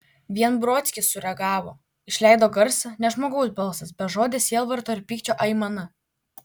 vien brodskis sureagavo išleido garsą ne žmogaus balsas bežodė sielvarto ir pykčio aimana